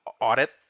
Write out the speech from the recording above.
audit